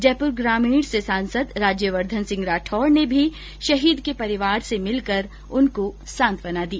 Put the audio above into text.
जयपुर ग्रामीण से सांसद राज्यवर्धन सिंह राठौड़ ने भी शहीद के परिवार से मिलकर उनको सांत्वना दी